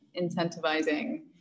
incentivizing